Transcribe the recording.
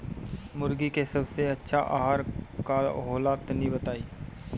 मुर्गी के सबसे अच्छा आहार का होला तनी बताई?